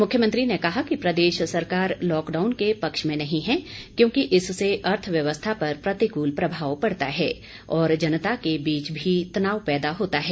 मुख्यमंत्री ने कहा कि प्रदेश सरकार लॉकडाउन के पक्ष में नही है क्योंकि इससे अर्थव्यवस्था पर प्रतिकूल प्रभाव पड़ता है और जनता के बीच भी तनाव पैदा होता है